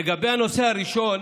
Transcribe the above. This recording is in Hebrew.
לגבי הנושא הראשון,